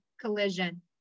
collision